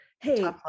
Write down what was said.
hey